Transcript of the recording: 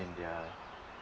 in their